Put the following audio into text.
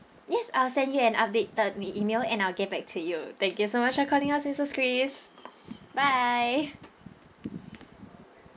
yes I will send you an updated email and I'll get back to you thank you so much for calling us missus chris bye